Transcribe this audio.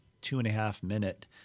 two-and-a-half-minute